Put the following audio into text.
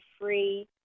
free